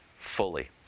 Fully